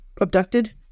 abducted